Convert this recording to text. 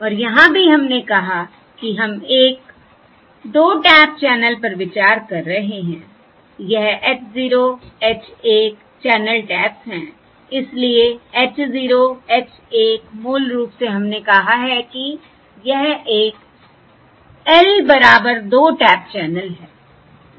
और यहाँ भी हमने कहा कि हम एक 2 टैप चैनल पर विचार कर रहे हैं यह h 0 h 1 चैनल टैप्स हैं इसलिए h 0 h 1मूल रूप से हमने कहा है कि यह एक L बराबर 2 टैप चैनल है